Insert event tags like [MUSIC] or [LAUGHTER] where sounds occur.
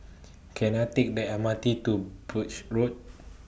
Can I Take The M R T to Birch Road [NOISE]